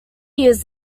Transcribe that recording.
years